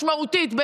משמעותית,